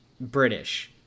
British